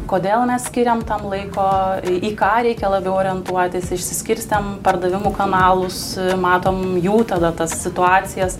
kodėl mes skiriam tam laiko į į ką reikia labiau orientuotis išsiskirstėm pardavimų kanalus matom jau tada tas situacijas